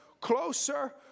closer